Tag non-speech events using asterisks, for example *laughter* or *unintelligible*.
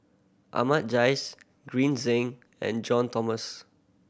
Ahmad Jais Green Zeng and John *unintelligible*